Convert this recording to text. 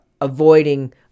avoiding